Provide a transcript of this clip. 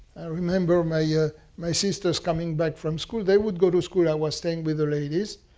remember my yeah my sisters coming back from school. they would go to school. i was staying with the ladies.